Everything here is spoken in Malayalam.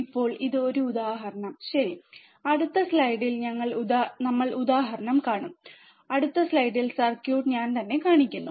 ഇപ്പോൾ ഇത് ഒരു ഉദാഹരണം ശരി അടുത്ത സ്ലൈഡിൽ ഞങ്ങൾ ഉദാഹരണം കാണും അടുത്ത സ്ലൈഡിൽ സർക്യൂട്ട് ഞാൻ തന്നെ കാണിക്കുന്നു